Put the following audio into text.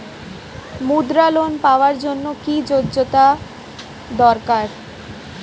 মুদ্রা লোন পাওয়ার জন্য কি যোগ্যতা দরকার?